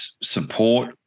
support